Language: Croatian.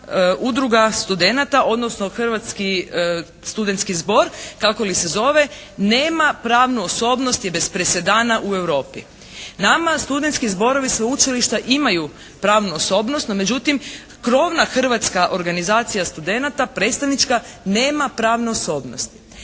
udruga studenata, odnosno Hrvatski studentski zbor kako li se zove nema pravnu osobnost je bez presedana u Europi. Nama studentski zborovi, sveučilišta imaju pravnu osobnost. No međutim, krovna hrvatska organizacija studenata predstavnička nema pravne osobnosti.